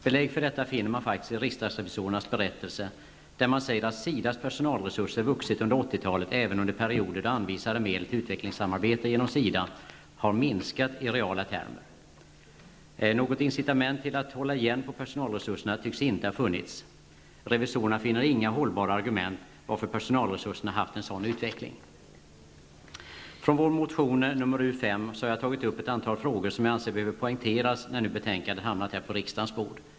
Belägg för detta finner man faktiskt i riksdagsrevisorernas berättelse, där det sägs att SIDAs personalresurser vuxit under 80-talet även under perioder då anvisade medel till utvecklingssamarbete genom SIDA har minskat i reala termer. Något incitament till att hålla igen på personalresurserna tycks inte ha funnits. Revisorerna finner inga hållbara argument för att personalresurserna haft en sådan utveckling. Från vår motion nr U5 har jag tagit upp ett antal frågor som jag anser behöver poängteras, när nu betänkandet hamnat på riksdagens bord.